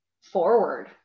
forward